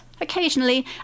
occasionally